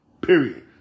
Period